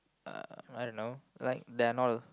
uh I don't know like there are not